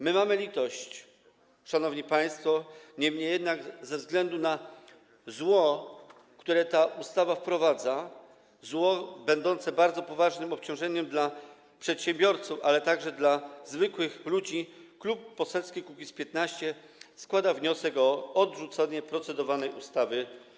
My mamy litość, szanowni państwo, niemniej jednak ze względu na zło, które ta ustawa wprowadza, zło będące bardzo poważnym obciążeniem dla przedsiębiorców, ale także dla zwykłych ludzi, Klub Poselski Kukiz’15 składa wniosek o odrzucenie procedowanej ustawy.